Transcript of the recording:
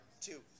two